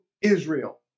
Israel